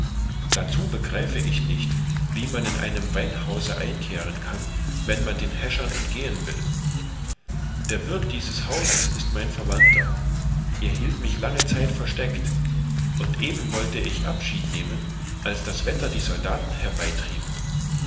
dazu begreife ich nicht wie man in einem weinhause einkehren kann wenn man den häschern entgehen will der wirth dieses hauses ist mein verwandter er hielt mich lange zeit versteckt und eben wollte ich abschied nehmen als das wetter die soldaten